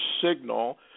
signal